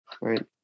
right